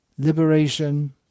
Liberation